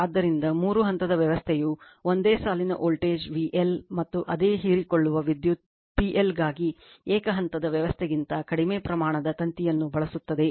ಆದ್ದರಿಂದ ಮೂರು ಹಂತದ ವ್ಯವಸ್ಥೆಯು ಒಂದೇ ಸಾಲಿನ ವೋಲ್ಟೇಜ್ VL ಮತ್ತು ಅದೇ ಹೀರಿಕೊಳ್ಳುವ ವಿದ್ಯುತ್ PL ಗಾಗಿ ಏಕ ಹಂತದ ವ್ಯವಸ್ಥೆಗಿಂತ ಕಡಿಮೆ ಪ್ರಮಾಣದ ತಂತಿಯನ್ನು ಬಳಸುತ್ತದೆ